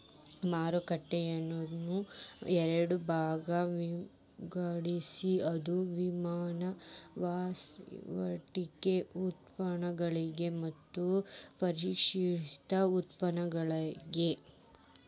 ಮಾರುಕಟ್ಟೆಯನ್ನ ಎರಡ ಭಾಗಾಗಿ ವಿಂಗಡಿಸ್ಬೊದ್, ಅದು ವಿನಿಮಯ ವಹಿವಾಟಿನ್ ಉತ್ಪನ್ನಗಳಿಗೆ ಮತ್ತ ಪ್ರತ್ಯಕ್ಷವಾದ ಉತ್ಪನ್ನಗಳಿಗೆ